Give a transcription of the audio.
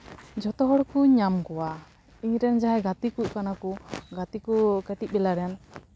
ᱡᱷᱚᱛᱚ ᱦᱚᱲᱠᱚ ᱧᱟᱢ ᱠᱚᱣᱟ ᱤᱧᱨᱮᱱ ᱡᱟᱦᱟᱸᱭ ᱜᱟᱛᱮ ᱠᱚ ᱠᱟᱱᱟ ᱠᱚ ᱜᱟᱛᱮ ᱠᱚ ᱠᱟᱹᱴᱤᱡ ᱵᱮᱞᱟ ᱨᱮᱱ